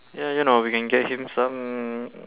ya you know we can get him some